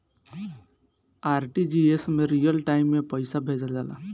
RTGS में real time में पइसा भेजल जाला